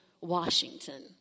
Washington